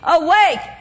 awake